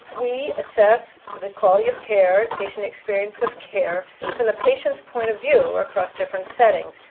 we assess the quality of care, patient experience of care from the patient's point of view across different settings.